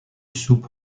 soupe